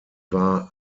war